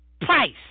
price